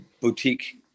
boutique